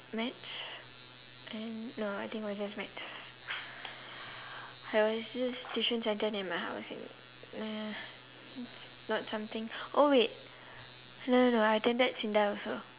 maths and no I think was just maths there was this tuition centre near my house mm not something oh wait no no no I attended SINDA also